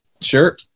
Sure